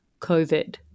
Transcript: COVID